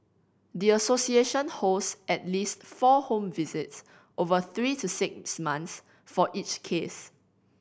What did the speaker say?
the association holds at least four home visits over three to six months for each case